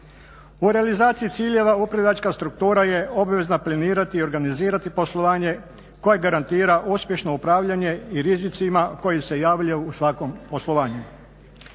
U realizaciji ciljeva upravljačka struktura je obvezna planirati i organizirati poslovanje koje garantira uspješno upravljanje i rizicima koji se javljaju u svakom poslovanju.